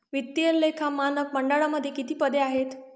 वित्तीय लेखा मानक मंडळामध्ये किती पदे आहेत?